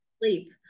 sleep